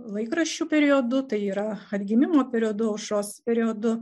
laikraščių periodu tai yra atgimimo periodu aušros periodu